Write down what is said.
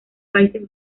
países